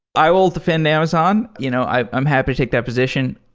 i will defend amazon. you know i am happy to take their position.